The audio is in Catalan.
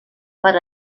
per